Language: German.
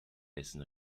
dessen